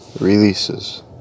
releases